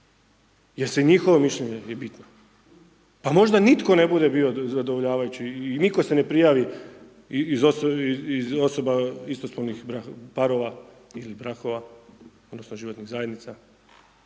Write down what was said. jer se, njihovo mišljenje je bitno. Pa možda nitko ne bude bio zadovoljavajući i nitko se ne prijavi iz osoba istospolnih parova ili brakova odnosno životnih zajednica,